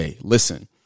Listen